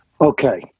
Okay